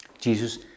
Jesus